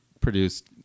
produced